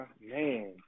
man